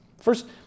First